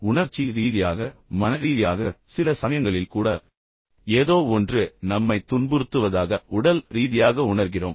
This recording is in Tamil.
உணர்ச்சி ரீதியாக மன ரீதியாக சில சமயங்களில் கூட ஏதோ ஒன்று நம்மைத் துன்புறுத்துவதாக உடல் ரீதியாக உணர்கிறோம்